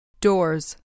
Doors